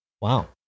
Wow